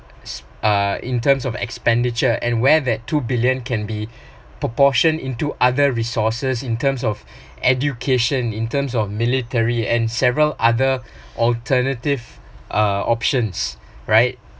uh in terms of expenditure and where that two billion can be proportioned into other resources in terms of education in terms of military and several other alternative uh options right